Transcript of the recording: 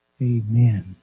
Amen